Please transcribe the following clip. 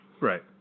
Right